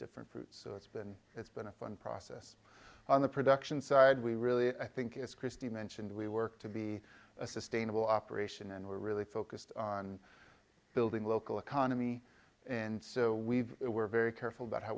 different fruits it's been it's been a fun process on the production side we really i think as christine mentioned we work to be a sustainable operation and we're really focused on building local economy and so we've it we're very careful about how